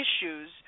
issues